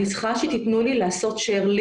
אני צריכה שתתנו לי לעשות "שר".